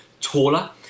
taller